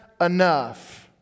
enough